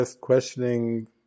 questioning